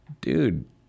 dude